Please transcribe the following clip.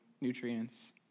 nutrients